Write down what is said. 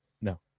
no